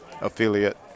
affiliate